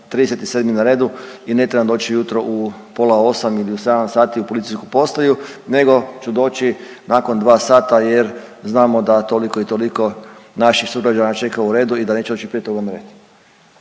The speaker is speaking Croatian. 37 na redu i ne trebam doći ujutro u pola 8 ili u 7 sati u policijsku postaju nego ću doći nakon 2 sata jer znamo da toliko i toliko naših sugrađana čeka u redu i da neće doći prije toga na red.